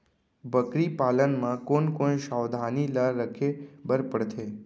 बकरी पालन म कोन कोन सावधानी ल रखे बर पढ़थे?